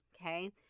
Okay